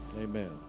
Amen